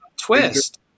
Twist